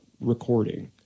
recording